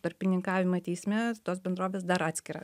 tarpininkavimą teisme tos bendrovės dar atskirą